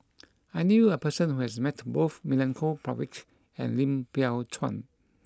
I knew a person who has met both Milenko Prvacki and Lim Biow Chuan